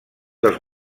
dels